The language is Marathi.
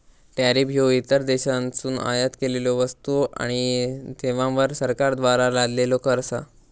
टॅरिफ ह्यो इतर देशांतसून आयात केलेल्यो वस्तू आणि सेवांवर सरकारद्वारा लादलेलो कर असा